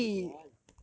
don't want